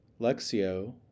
Lexio